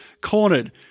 cornered